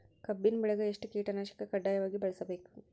ಕಬ್ಬಿನ್ ಬೆಳಿಗ ಎಷ್ಟ ಕೀಟನಾಶಕ ಕಡ್ಡಾಯವಾಗಿ ಬಳಸಬೇಕು?